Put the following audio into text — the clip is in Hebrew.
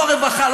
לא רווחה,